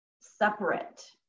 separate